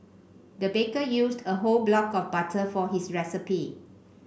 the baker used a whole block of butter for his recipe